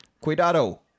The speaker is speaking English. cuidado